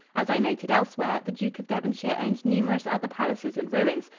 as i noted elsewhere, the duke of devonshire owns numerous other palaces and ruins,